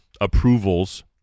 approvals